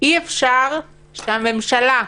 אי-אפשר שהממשלה,